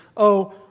oh,